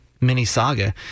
mini-saga